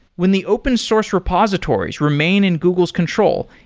when the open source repositories remain in google's control,